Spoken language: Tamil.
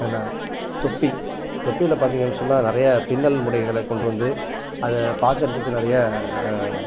ஏன்னால் தொப்பி தொப்பியில் பார்த்திங்கன்னு சொன்னால் நிறையா பின்னல் முடைகளை கொண்டு வந்து அதை பார்க்கறதுக்கு நிறைய